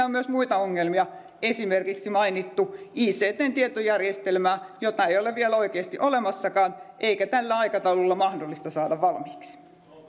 on myös muita ongelmia esimerkiksi mainittu ict tietojärjestelmä jota ei ole vielä oikeasti olemassakaan eikä tällä aikataululla mahdollista saada valmiiksi